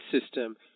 system